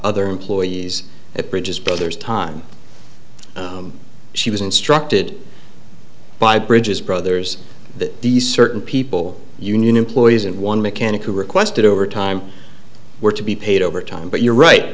other employees at bridges brothers time she was instructed by bridges brothers that these certain people union employees and one mechanic who requested overtime were to be paid overtime but you're